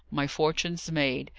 my fortune's made.